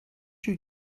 you